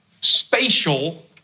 spatial